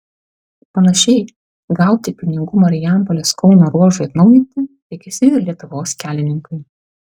panašiai gauti pinigų marijampolės kauno ruožui atnaujinti tikisi ir lietuvos kelininkai